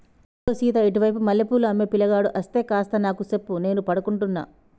ఇగో సీత ఇటు వైపు మల్లె పూలు అమ్మే పిలగాడు అస్తే కాస్త నాకు సెప్పు నేను పడుకుంటున్న